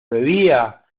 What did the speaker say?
bebía